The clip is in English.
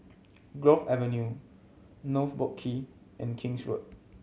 Grove Avenue North Boat Quay and King's Road